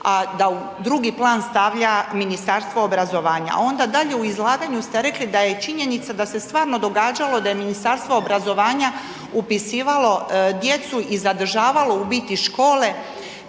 a da u drugi plan stavlja Ministarstvo obrazovanja. Onda dalje u izlaganju ste rekli da je činjenica da se stvarno događalo da je Ministarstvo obrazovanja upisivalo djecu i zadržavalo u biti škole